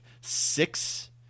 six –